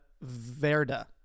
verda